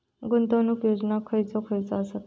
गुंतवणूक योजना खयचे खयचे आसत?